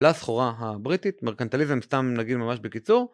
לסחורה הבריטית, מרקנטליזם סתם נגיד ממש בקיצור